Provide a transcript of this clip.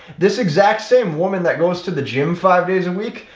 this exact same woman that goes to the gym five days a week,